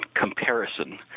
comparison